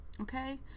okay